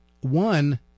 one